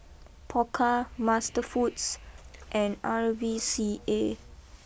Pokka Masterfoods and R V C A